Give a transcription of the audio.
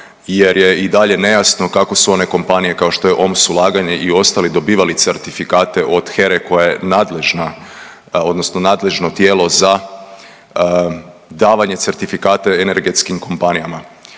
jer je i dalje nejasno kao su one kompanije kao što je OMS Ulaganje i ostali dobivali certifikate od HERE koja je nadležna odnosno nadležno tijelo za davanje certifikata energetskim kompanijama.